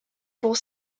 pour